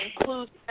includes